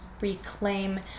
reclaim